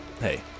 hey